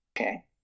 okay